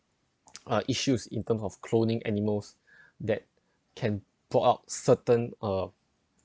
uh issues in terms of cloning animals that can put up certain uh